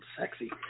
sexy